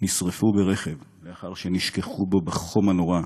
נשרפו ברכב לאחר שנשכחו בו בחום נורא,